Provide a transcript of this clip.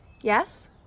Yes